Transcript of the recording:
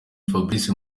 fabrice